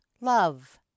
love